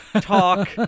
talk